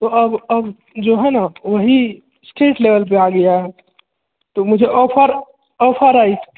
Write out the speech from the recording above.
तो अब अब जो है ना वहि स्टेट लेवेल पे आ गया तो मुझे ऑफर ऑफर आई